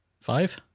five